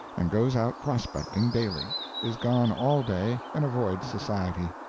and goes out prospecting daily is gone all day, and avoids society.